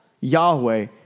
Yahweh